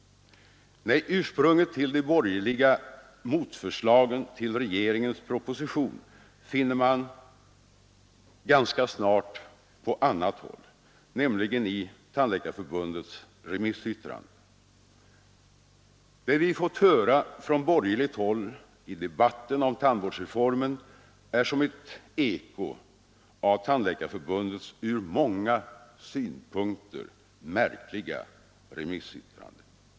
Nej, ursprunget till de borgerliga motförslagen till regeringens proposition finner man ganska snart på annat håll, nämligen i Tandläkarförbundets remissyttrande. Det vi fått höra från borgerligt håll i debatten om tandvårdsreformen är som ett eko av Tandläkarförbundets ur många synpunkter märkliga remissyttrande.